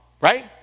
right